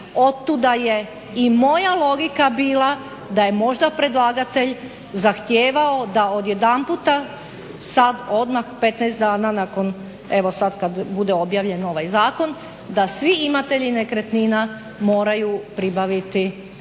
Od tuda je i moja logika bila da je možda predlagatelj zahtijevao da odjedanputa sad odmah 15 dana nakon evo sad kad bude objavljen ovaj Zakon da svi imatelji nekretnina moraju pribaviti certifikat.